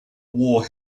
war